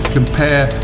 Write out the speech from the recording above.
Compare